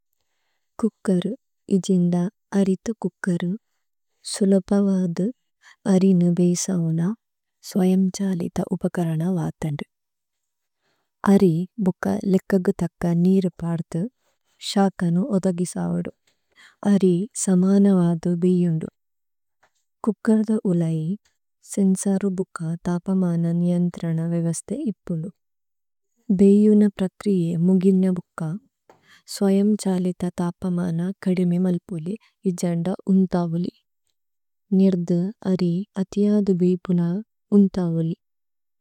Cooker ഇജിന്ദ അരിതു cooker സുലപവദു അരിനു ബേഇസഓന സ്വയമ് ഛലിത ഉപകരന വഥന്ദു। അരി ബുക ലേക്കഗു തക്ക നീരുപദു ശകനു ഓദഗിസവദു। അരി സമനവദു ബേഇഉന്ദു। കുക്കര്ദ ഉലൈ സേന്സരു ബുക തപമനന് വിഅന്ത്രന വേവസ്തേ ഇപുദു। ഭേഇഉ ന പ്രക്രിയേ മുഗിന ബുക സ്വയമ് ഛലിത തപമന കദേമേ മല്പുലി ഇജന്ദ ഉന്തവലി। നേരുദു അരി അതിഅദു വിപുന ഉന്തവലി।